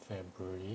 february